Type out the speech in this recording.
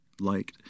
liked